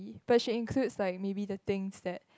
if but she includes like maybe the things that